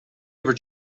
ever